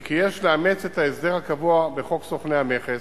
היא כי יש לאמץ את ההסדר הקבוע בחוק סוכני המכס,